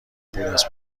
بوداز